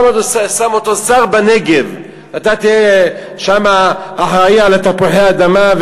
שם אותו שר בנגב: אתה תהיה שם אחראי על תפוחי האדמה,